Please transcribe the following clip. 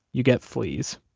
you get fleas.